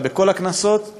אלא בכל הכנסות שהיו,